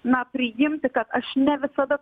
na priimti kad aš ne visada